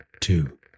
Two